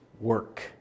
work